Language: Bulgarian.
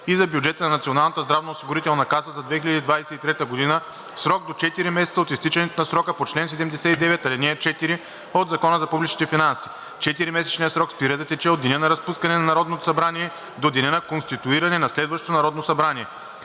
и за бюджета на Националната здравноосигурителна каса за 2023 г. в срок до 4 месеца от изтичането на срока по чл. 79, ал. 4 от Закона за публичните финанси. Четиримесечният срок спира да тече от деня на разпускане на Народното събрание до деня на конституиране на следващото Народно събрание.“